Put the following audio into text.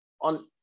on